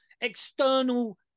external